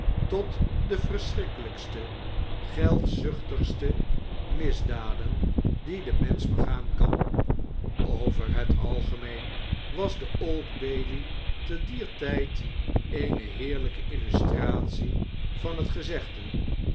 tot de verschrikkeljjkste geldzuchtigste misaaden die de mensch begaan kan over het algemeen was de old bailey tediertijd eene heerlijke illustratie van het gezegde